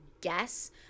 guess